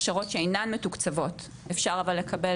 הכשרות שאינן מתוקצבות אפשר אבל אפשר לקבל